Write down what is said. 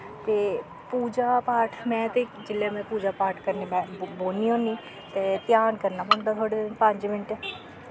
ते पीजा पाठ में ते जेल्ले मैं पूजा पाठ करने बौह्न्नी होन्नी ते ध्यान करना पौंदा थोह्ड़े पंज्ज मिन्ट